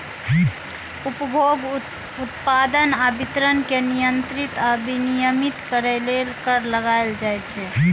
उपभोग, उत्पादन आ वितरण कें नियंत्रित आ विनियमित करै लेल कर लगाएल जाइ छै